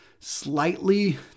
Slightly